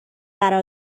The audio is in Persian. قرار